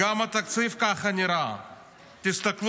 ככה נראה גם התקציב.